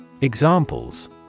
Examples